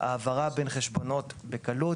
העברה בין חשבונות בקלות,